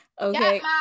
Okay